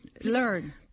learn